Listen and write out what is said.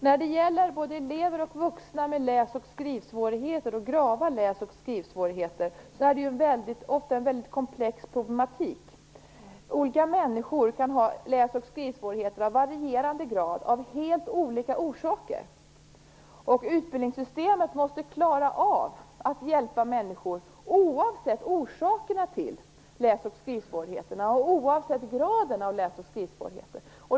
När det gäller både elever och vuxna med läs och skrivsvårigheter och grava läs och skrivsvårigheter är det ofta en väldigt komplex problematik. Olika människor kan ha läs och skrivsvårigheter av varierande grad av helt olika orsaker. Utbildningssystemet måste klara av att hjälpa dessa människor, oavsett orsakerna till och graden av läs och skrivsvårigheterna.